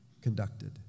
conducted